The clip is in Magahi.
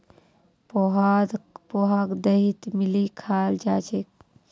पोहाक दहीत मिलइ खाल जा छेक